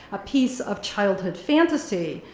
a piece of childhood fantasy,